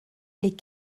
les